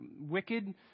wicked